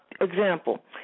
example